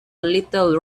little